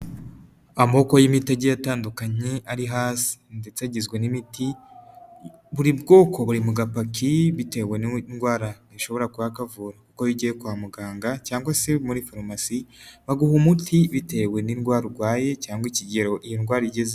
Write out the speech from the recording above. Amoko y'imitege atandukanye, ari hasi ndetse agizwe n'imiti, buri bwoko buri mu gapaki, bitewe n'indwara ishobora kuba kavura kuko iyo ugiye kwa muganga cyangwa se muri farumasi, baguha umuti bitewe n'indwara urwaye cyangwa ikigero iyi ndwara igezeho.